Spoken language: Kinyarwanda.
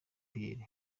pierre